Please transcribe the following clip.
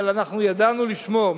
אבל אנחנו ידענו לשמור,